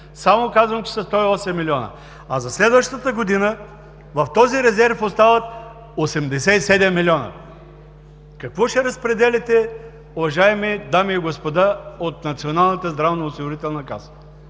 само казвам, че са 10 милиона, а за следващата година в този резерв остават 87 милиона. Какво ще разпределяте, уважаеми дами и господа, от Националната здравноосигурителна каса?